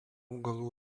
augalų